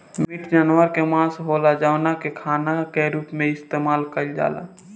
meat जानवर के मांस होला जवना के खाना के रूप में इस्तेमाल कईल जाला